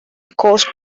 caused